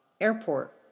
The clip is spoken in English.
airport